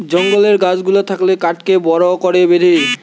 জঙ্গলের গাছ গুলা থাকলে কাঠকে বড় করে বেঁধে